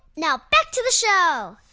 now back to the show